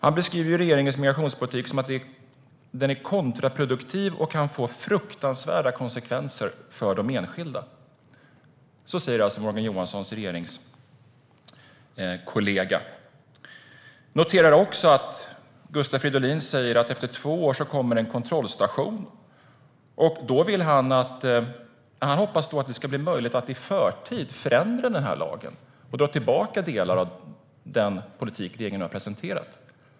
Han beskriver regeringens migrationspolitik som kontraproduktiv och att den kan få fruktansvärda konsekvenser för de enskilda. Så säger alltså Morgan Johanssons regeringskollega. Gustav Fridolin sa också att det kommer en kontrollstation efter två år och att han hoppas att det ska bli möjligt att i förtid ändra lagen och dra tillbaka delar av den politik som regeringen har presenterat.